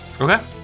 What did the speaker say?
Okay